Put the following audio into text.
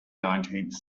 nineteenth